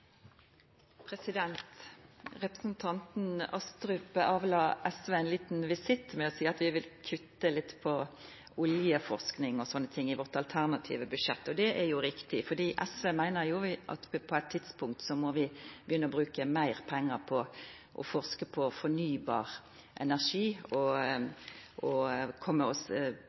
Norge. Representanten Astrup avla SV ein liten visitt med å seia at vi vil kutta litt på oljeforsking og sånn i vårt alternative budsjett, og det er jo riktig, fordi SV meiner at på eit tidspunkt må vi begynna å bruka meir pengar på å forska på fornybar energi og komma oss